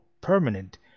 permanent